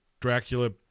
Dracula